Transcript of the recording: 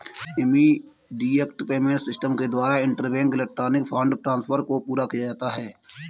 immediate payment system के द्वारा interbank electronic fund transfer को पूरा किया जाता है